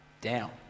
down